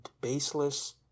baseless